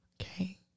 Okay